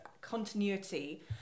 continuity